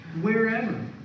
wherever